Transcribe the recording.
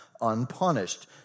unpunished